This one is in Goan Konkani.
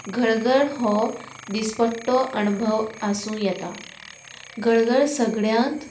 गळगड हो दिसपट्टो अणभव आसूं येता गळगड सगड्यांत